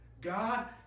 God